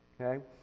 okay